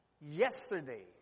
yesterday